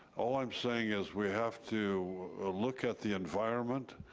all i'm saying is we have to look at the environment,